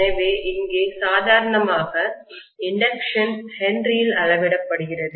எனவே இங்கே சாதாரணமாக இண்டக்ஷன் ஹென்றியில் அளவிடப்படுகிறது